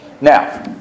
Now